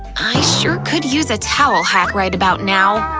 i sure could use a towel hack right about now.